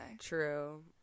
true